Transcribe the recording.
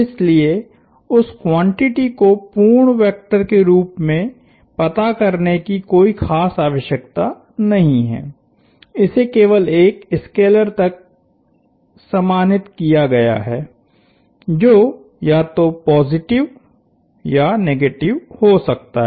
इसलिए उस क्वांटिटी को पूर्ण वेक्टर के रूप में पता करने की कोई ख़ास आवश्यकता नहीं है इसे केवल एक स्केलर तक समानित किया गया है जो या तो पॉजिटिव या निगेटिव हो सकता है